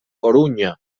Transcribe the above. corunya